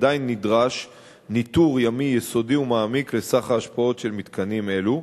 עדיין נדרש ניטור ימי יסודי ומעמיק על סך ההשפעות של מתקנים אלו,